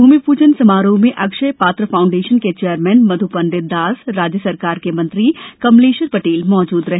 भूमिपूजन समारोह में अक्षय पात्र फाउंडेशन के चेयरमेन मध्यपंडित दास राज्य सरकार के मंत्री कमलेश्वर पटेल मौजूद रहे